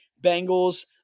Bengals